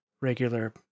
regular